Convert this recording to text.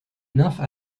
nymphes